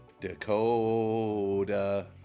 Dakota